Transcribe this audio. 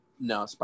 No